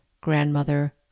grandmother